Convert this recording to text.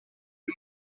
qui